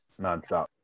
nonstop